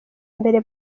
mbere